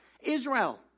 Israel